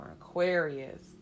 Aquarius